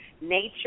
nature